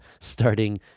starting